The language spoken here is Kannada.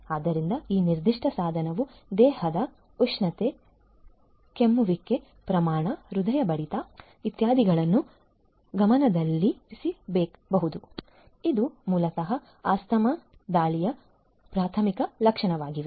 ಆದ್ದರಿಂದ ಈ ನಿರ್ದಿಷ್ಟ ಸಾಧನವು ದೇಹದ ಉಷ್ಣತೆ ಕೆಮ್ಮುವಿಕೆಯ ಪ್ರಮಾಣ ಹೃದಯ ಬಡಿತ ಇತ್ಯಾದಿಗಳನ್ನು ಗಮನದಲ್ಲಿರಿಸಿಕೊಳ್ಳಬಹುದು ಇದು ಮೂಲತಃ ಆಸ್ತಮಾ ದಾಳಿಯ ಪ್ರಾಥಮಿಕ ಲಕ್ಷಣಗಳಾಗಿವೆ